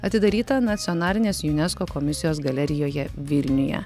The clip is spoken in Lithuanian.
atidaryta nacionalinės unesco komisijos galerijoje vilniuje